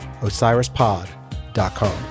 OsirisPod.com